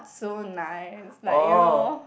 so nice like you know